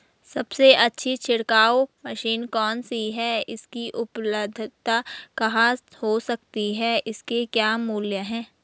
सबसे अच्छी छिड़काव मशीन कौन सी है इसकी उपलधता कहाँ हो सकती है इसके क्या मूल्य हैं?